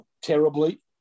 terribly